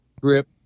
grip